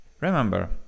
Remember